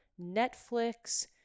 Netflix